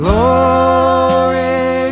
Glory